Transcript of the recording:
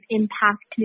impact